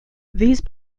these